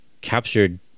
captured